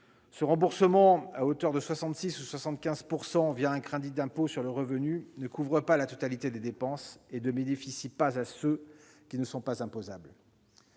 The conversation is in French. Ce remboursement, à hauteur de 66 % ou de 75 % un crédit d'impôt sur le revenu, ne couvre pas la totalité des dépenses et ne bénéficie pas à ceux qui ne sont pas imposables.